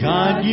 God